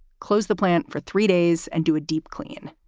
closed the plant for three days and do a deep clean.